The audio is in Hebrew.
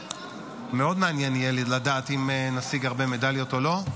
מאוד מעניין יהיה לדעת אם נשיג הרבה מדליות או לא.